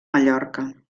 mallorca